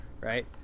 right